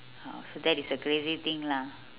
oh so that is a crazy thing lah